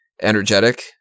energetic